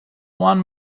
one